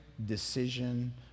decision